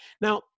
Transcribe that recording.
Now